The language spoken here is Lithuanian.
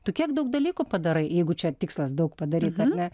tu kiek daug dalykų padarai jeigu čia tikslas daug padaryt ar ne